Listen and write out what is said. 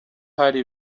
hari